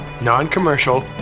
non-commercial